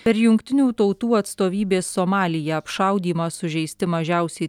per jungtinių tautų atstovybės somalyje apšaudymą sužeisti mažiausiai